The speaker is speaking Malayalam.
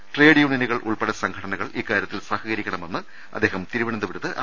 ട്രേഡ് യൂണിയനുകൾ ഉൾപ്പെടെ സംഘ ടനകൾ ഇക്കാര്യത്തിൽ സഹകരിക്കണമെന്ന് അദ്ദേഹം തിരുവനന്തപുരത്ത് പറഞ്ഞു